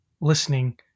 listening